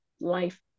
life